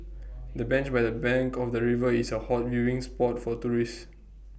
the bench by the bank of the river is A hot viewing spot for tourists